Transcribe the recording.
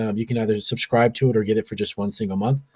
um you can either subscribe to it or get it for just one single month.